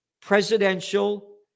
presidential